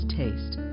taste